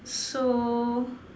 so